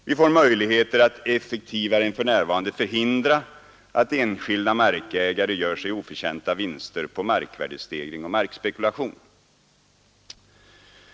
Vi får möjligheter att effektivare än för närvarande förhindra att enskilda markägare gör sig oförtjänta vinster på markvärdestegring och markspekulation.